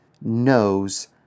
knows